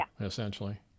essentially